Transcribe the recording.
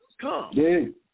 come